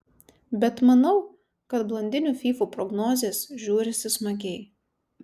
bet manau kad blondinių fyfų prognozės žiūrisi smagiai